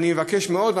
אני מבקש מאוד,